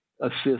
assist